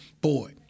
boy